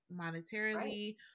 monetarily